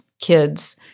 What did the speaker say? kids